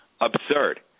absurd